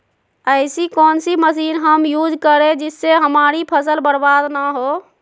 ऐसी कौन सी मशीन हम यूज करें जिससे हमारी फसल बर्बाद ना हो?